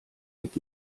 mit